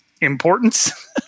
importance